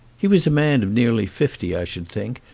he was a man of nearly fifty, i should think,